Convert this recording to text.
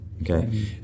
Okay